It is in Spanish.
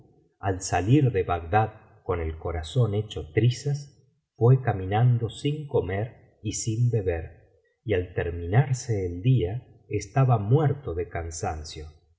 al salir de bagdad con el corazón hecho trizas fué caminando in comer y sin beber y al terminarse el día estaba muerto de cansancio